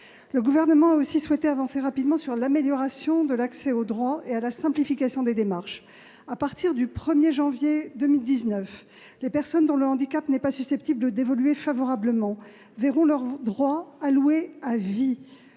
Le Gouvernement a aussi souhaité avancer rapidement sur l'amélioration de l'accès au droit et sur la simplification des démarches. À partir du 1 janvier 2019, les personnes dont le handicap n'est pas susceptible d'évoluer favorablement verront leurs droits alloués à vie.